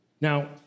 Now